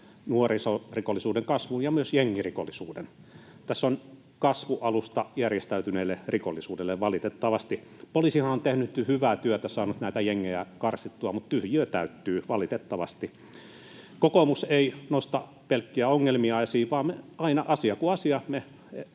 nuorisorikollisuuden kasvun ja myös jengirikollisuuden. Tässä on kasvualusta järjestäytyneelle rikollisuudelle, valitettavasti. Poliisihan on tehnyt hyvää työtä, saanut näitä jengejä karsittua, mutta tyhjiö täyttyy, valitettavasti. Kokoomus ei nosta pelkkiä ongelmia esiin, vaan aina, asiassa kuin asiassa,